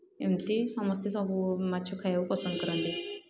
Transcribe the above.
ଏମିତି ସମସ୍ତେ ସବୁ ମାଛ ଖାଇବାକୁ ପସନ୍ଦ କରନ୍ତି